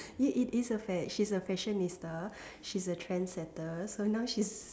it it is a fad she's a fashionista she's a trendsetter so now she's